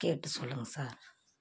கேட்டு சொல்லுங்கள் சார்